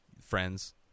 friends